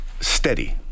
steady